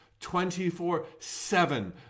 24-7